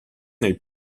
nel